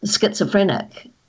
schizophrenic